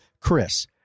chris